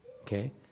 Okay